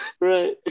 right